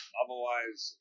otherwise